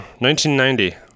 1990